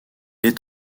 est